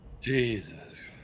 Jesus